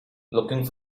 looking